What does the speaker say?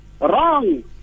Wrong